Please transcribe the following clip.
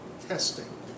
testing